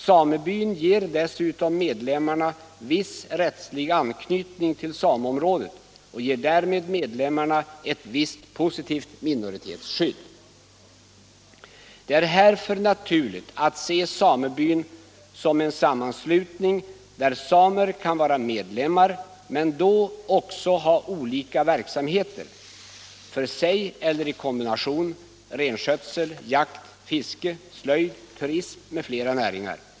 Samebyn ger dessutom medlemmarna viss rättslig anknytning till sameområdet och ger därmed medlemmarna ett visst positivt minoritetsskydd. Det är härför naturligt att se samebyn som en sammanslutning, där samer kan vara medlemmar, men då också ha olika verksamheter, för sig eller i kombination: renskötsel, jakt, fiske, slöjd, turism m fl näringar.